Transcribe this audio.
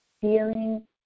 Feeling